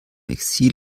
exil